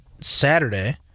Saturday